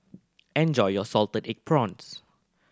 enjoy your salted egg prawns